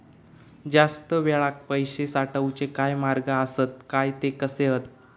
जास्त वेळाक पैशे साठवूचे काय मार्ग आसत काय ते कसे हत?